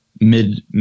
mid